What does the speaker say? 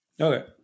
Okay